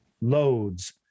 loads